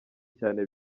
cyane